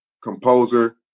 composer